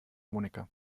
monika